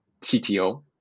cto